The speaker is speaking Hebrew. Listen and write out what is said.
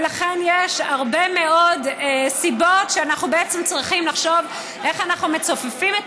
ולכן יש הרבה מאוד סיבות שאנחנו צריכים לחשוב איך אנחנו מצופפים את